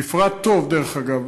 מפרט טוב, דרך אגב.